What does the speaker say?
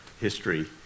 history